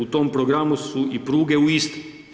U tom programu su i pruge u Istri.